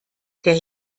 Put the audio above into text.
der